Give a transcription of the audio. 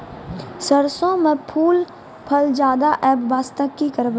सरसों म फूल फल ज्यादा आबै बास्ते कि करबै?